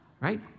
Right